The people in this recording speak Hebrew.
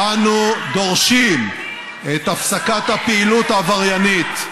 אנו דורשים את הפסקת הפעילות העבריינית,